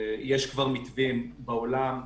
יש כבר מתווים בעולם.